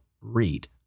read